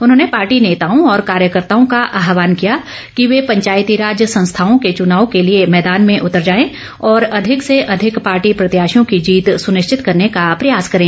उन्होंने पार्टी नेताओं और कार्यकर्ताओं का आहवान किया कि वे पंचायतीराज संस्थाओं के चुनाव के लिए मैदान में उतर जाएं और अधिक से अधिक पार्टी प्रत्याशियों की जीत सुनिश्चित करने का प्रयास करें